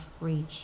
reach